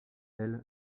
elle